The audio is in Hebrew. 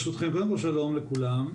שלום לכולם,